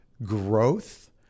growth